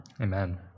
Amen